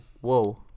Whoa